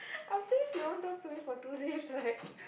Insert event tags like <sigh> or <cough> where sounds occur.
<laughs> after this you won't talk to me for two days right